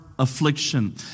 affliction